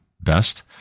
best